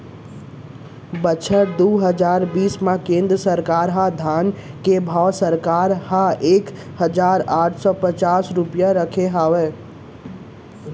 बछर दू हजार बीस म केंद्र सरकार ह धान के भाव सरकार ह एक हजार आठ सव पचास रूपिया राखे हे